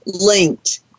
linked